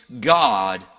God